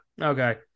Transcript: okay